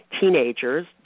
teenagers